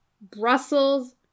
Brussels